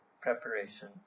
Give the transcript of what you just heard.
preparation